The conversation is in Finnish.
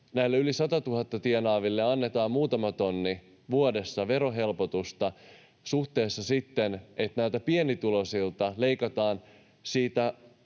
näille yli 100 000 tienaaville annetaan muutama tonni vuodessa verohelpotusta suhteessa sitten siihen, että näiltä pienituloisilta leikataan siitä,